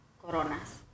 Coronas